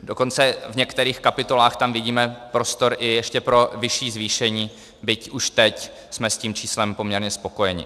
Dokonce v některých kapitolách vidíme prostor i ještě pro vyšší zvýšení, byť už teď jsme s tím číslem poměrně spokojeni.